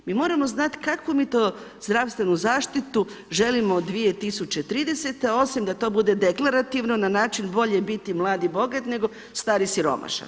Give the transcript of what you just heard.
Mi moramo znati kakvu mi to zdravstvenu zaštitu želimo 2030. osim da to bude deklarativno na način bolje biti mlad i bogat nego star i siromašan.